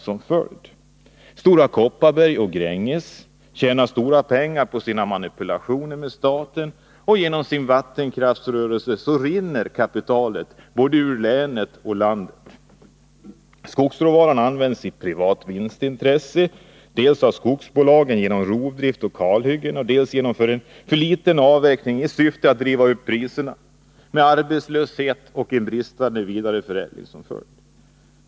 Stora Kopparberg och Gränges tjänar stora pengar på sina manipulationer med staten. Genom statens vattenkraftsrörelse rinner kapitalet både ur länet och ur landet. Skogsråvaran används i privat vinstintresse dels av skogsbolagen genom rovdrift och kalhyggen, dels genom för liten avverkning i syfte att driva upp priserna, med arbetslöshet och bristande vidareförädling som följd.